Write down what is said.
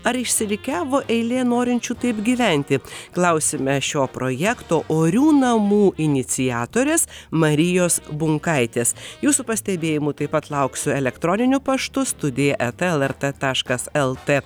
ar išsirikiavo eilė norinčių taip gyventi klausime šio projekto orių namų iniciatorės marijos bunkaitės jūsų pastebėjimų taip pat lauksiu elektroniniu paštu studija eta lrt taškas lt